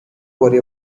worry